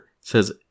says